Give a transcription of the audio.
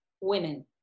women